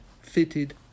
fitted